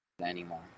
anymore